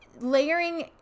layering